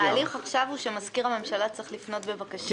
התהליך עכשיו הוא שמזכיר הממשלה צריך לפנות בבקשה.